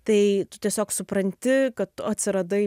tai tu tiesiog supranti kad tu atsiradai